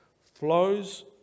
flows